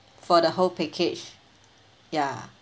for the whole package ya